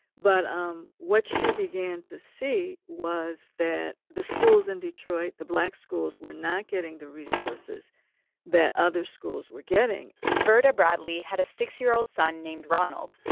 but um what she began to see was that the schools in detroit the black schools were not getting the resources that other schools were getting verda bradley had a six year old son named ronald,